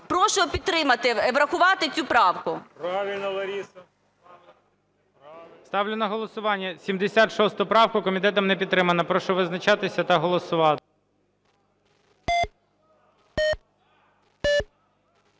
Прошу підтримати і врахувати цю правку. ГОЛОВУЮЧИЙ. Ставлю на голосування 76 правку. Комітетом не підтримана. Прошу визначатися та голосувати.